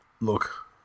Look